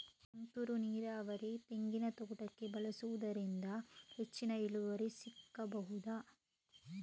ತುಂತುರು ನೀರಾವರಿ ತೆಂಗಿನ ತೋಟಕ್ಕೆ ಬಳಸುವುದರಿಂದ ಹೆಚ್ಚಿಗೆ ಇಳುವರಿ ಸಿಕ್ಕಬಹುದ?